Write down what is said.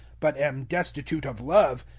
but am destitute of love,